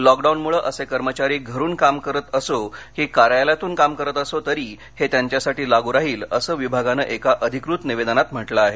लॉकडाऊनमुळे असे कर्मचारी घरुन काम करत असो की कार्यालयातून काम करत असो तरी हे त्यांच्यासाठी लागू राहील असं विभागानं एका अधिकृत निवेदनात म्हटलं आहे